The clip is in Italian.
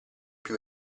più